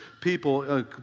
people